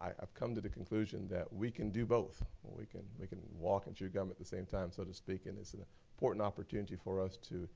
i've come to the conclusion that we can do both. we can we can walk and chew gum at the same time, so to speak, and it's an important opportunity for us to